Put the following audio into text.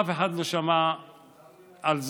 אף אחד לא שמע על זה,